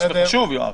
לבקשה.